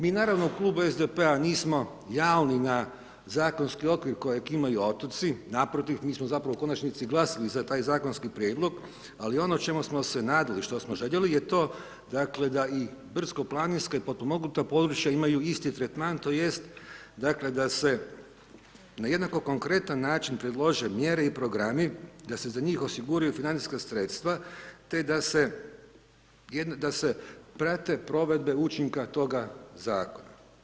Mi naravno iz Klub SDP-a nismo … na zakonski okvir kojeg imaju otoci, naprotiv, mi smo u konačnici glasali za taj zakonski prijedlog, ali ono o čemu smo se nadali, što smo željeli, je to da i brdsko planinska i potpomognuta područja imaju isti tretman, tj. dakle, da se na jednako konkretan način predlaže mjere i programi i da se za njih osiguraju financijska sredstva te da se prate provedbe učinka toga zakona.